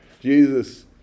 Jesus